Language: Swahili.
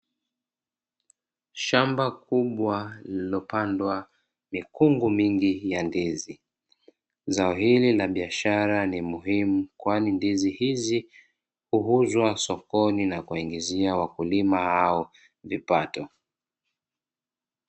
Shamba kubwa lililopandwa mikungu mingi ya ndizi, zao hili la biashara ni muhimu kwani ndizi hizi, huuzwa shambani na kuwaingizia wakulima hao vipato.